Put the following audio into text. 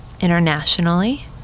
internationally